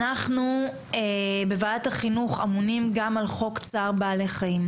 אנחנו בוועדת החינוך אמונים גם על חוק צער בעלי חיים,